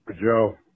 Joe